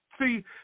see